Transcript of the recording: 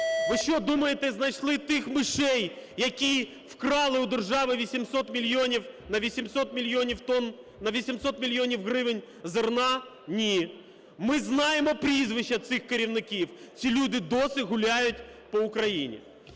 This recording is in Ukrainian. Ви що, думаєте, знайшли тих "мишей", які вкрали у держави 800 мільйонів… на 800 мільйонів тонн, на 800 мільйонів гривень зерна? Ні. Ми знаємо прізвища цих керівників, ці люди досі гуляють по Україні.